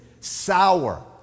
sour